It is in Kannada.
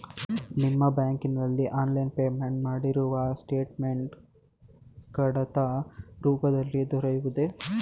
ನಿಮ್ಮ ಬ್ಯಾಂಕಿನಲ್ಲಿ ಆನ್ಲೈನ್ ಪೇಮೆಂಟ್ ಮಾಡಿರುವ ಸ್ಟೇಟ್ಮೆಂಟ್ ಕಡತ ರೂಪದಲ್ಲಿ ದೊರೆಯುವುದೇ?